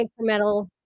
incremental